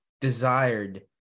desired